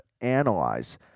analyze